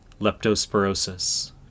Leptospirosis